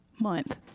month